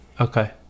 okay